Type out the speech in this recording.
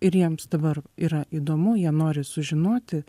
ir jiems dabar yra įdomu jie nori sužinoti